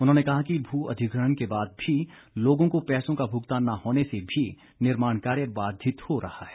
उन्होंने कहा कि भू अधिग्रहण के बाद भी लोगों को पैसों का भुगतान न होने से भी निर्माण कार्य बाधित हो रहा है